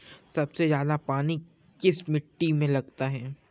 सबसे ज्यादा पानी किस मिट्टी में लगता है?